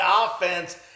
offense